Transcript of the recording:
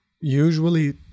usually